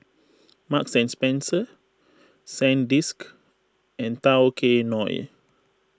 Marks and Spencer Sandisk and Tao Kae Noi